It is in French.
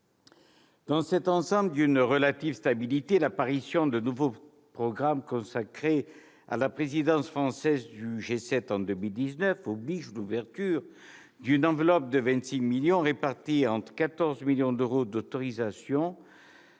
dans cet ensemble d'une relative stabilité, l'apparition d'un nouveau programme, consacré à la présidence française du G7 en 2019, oblige à l'ouverture d'une enveloppe de 26 millions d'euros, répartis entre 14 millions d'euros d'autorisations